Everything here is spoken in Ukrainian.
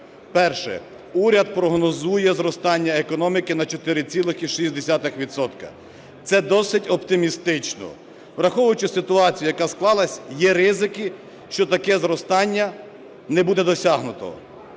Перше. Уряд прогнозує зростання економіки на 4,6 відсотка. Це досить оптимістично. Враховуючи ситуацію, яка склалась, є ризики, що таке зростання не буде досягнуто.